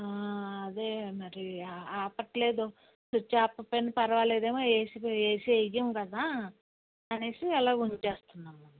అదే మరి ఆపట్లేదు స్విచ్ ఆపకపోయిన పర్వాలేదేమో ఏసీ ఏసీ వేయం కదా అని అలాగ ఉంచుతున్నాం అమ్మ